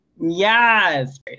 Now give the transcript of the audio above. Yes